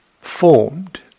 formed